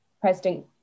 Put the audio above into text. President